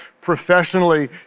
professionally